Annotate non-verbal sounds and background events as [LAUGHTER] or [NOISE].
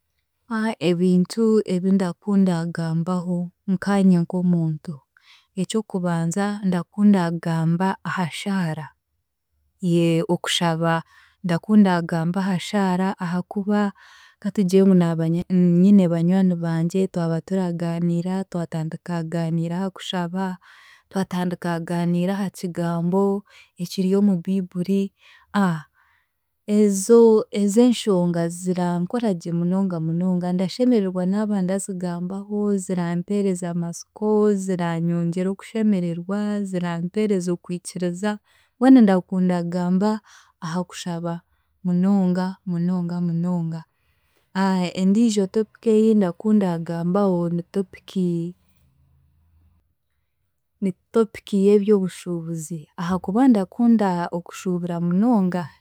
[HESITATION] Ebintu ebindakunda kugambaho nkaanye nk'omuntu eky'okubanza ndakunda kugamba aha shaara yee okushaba ndakunda kugamba aha shaara ahaakuba katugire ngu naaba nyine banywani bangye twaba turagaaniira twatandika kugaaniira aha kushaba, twatandika kugaaniira aha kigambo ekiri omu biiburi, zo ez'enshonga zirankoragye munonga munonga ndashemererwa naaba ndazigambaho, zirampeereza amasiko, ziranyongyera okushemererwa, zirampeereza okwikiriza mbwenu ndakunda kugamba aha kushaba munonga, munonga, munonga [HESITATION] endiijo topic ei ndakunda kugambaho ni topic ni topic y'eby'obushuubuzi ahaakuba ndakunda okushuubura munonga.